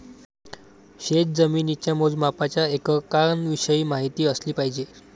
शेतजमिनीच्या मोजमापाच्या एककांविषयी माहिती असली पाहिजे